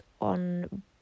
on